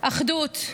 אחדות.